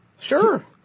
Sure